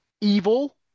evil